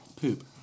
Poop